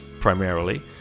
primarily